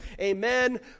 Amen